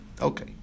okay